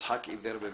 ויצחק עיוור בביתו.